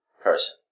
person